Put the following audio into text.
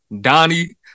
Donnie